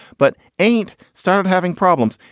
but ain't started having problems.